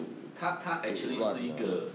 他他 actually 是一个